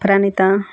Pranitha